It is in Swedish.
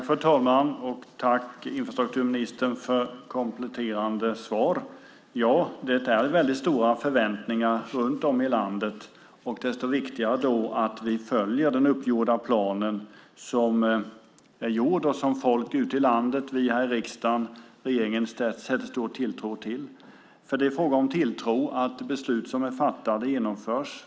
Fru talman! Jag vill tacka infrastrukturministern för kompletterande svar. Ja, det är väldigt stora förväntningar runt om i landet. Desto viktigare är det då att vi följer den uppgjorda planen som folk ute i landet, vi här i riksdagen och regeringen fäster stor tilltro till, för det är fråga om tilltro till att beslut som är fattade genomförs.